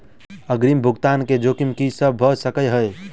अग्रिम भुगतान केँ जोखिम की सब भऽ सकै हय?